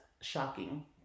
shocking